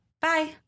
Bye